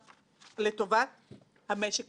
אותם בברכה שאתה התחלת בה את הדיון.